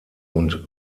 und